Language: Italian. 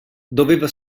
doveva